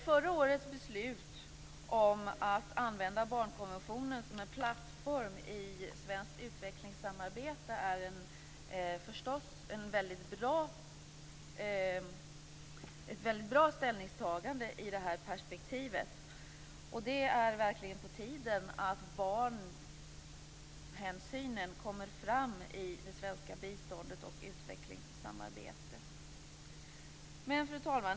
Förra årets beslut om att använda barnkonventionen som en plattform i svenskt utvecklingssamarbete är förstås ett väldigt bra ställningstagande i det här perspektivet. Det är verkligen på tiden att barnhänsynen kommer fram i det svenska biståndet och utvecklingssamarbetet. Fru talman!